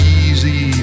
easy